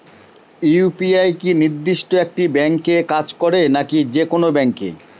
UPI কি নির্দিষ্ট একটি ব্যাংকে কাজ করে নাকি যে কোনো ব্যাংকে?